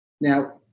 Now